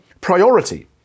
priority